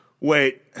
Wait